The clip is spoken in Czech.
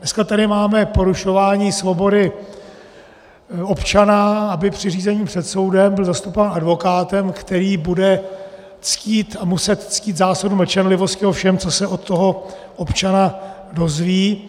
Dneska tady máme porušování svobody občana, aby při řízení před soudem byl zastupován advokátem, který bude ctít a muset ctít zásadu mlčenlivosti, o všem, co se od toho občana dozví.